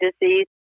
disease